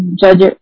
judge